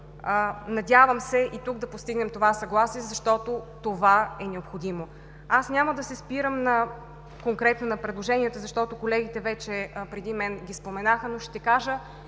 Надявам се и тук да постигнем съгласие, защото това е необходимо. Няма да се спирам конкретно на предложенията, защото колегите преди мен вече ги споменаха, но ще кажа